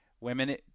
Women